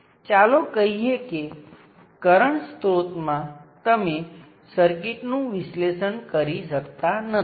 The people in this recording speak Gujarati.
અને શૂન્ય વોલ્ટનો વોલ્ટેજ સ્ત્રોત એ શોર્ટ સર્કિટ અથવા વાયર સિવાય બીજું કંઈ નથી